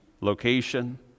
location